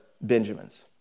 Benjamin's